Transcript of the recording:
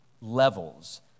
levels